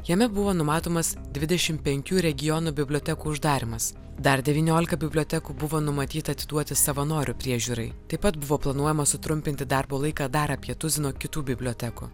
jame buvo numatomas dvidešim penkių regionų bibliotekų uždarymas dar devyniolika bibliotekų buvo numatyta atiduoti savanorių priežiūrai taip pat buvo planuojama sutrumpinti darbo laiką dar apie tuzino kitų bibliotekų